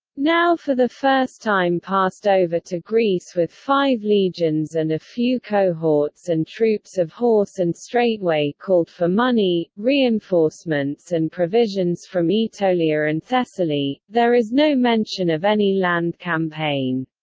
now for the first time passed over to greece with five legions and a few cohorts and troops of horse and straightway called for money, reenforcements and provisions from aetolia and thessaly. there is no mention of any land campaign.